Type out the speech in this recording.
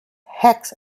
hex